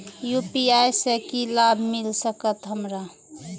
UPI से की लाभ मिल सकत हमरा?